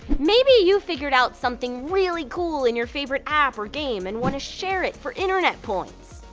maybe you figured out something really cool in your favorite app or game and want to share it for internet points.